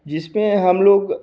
जिस पे हम लोग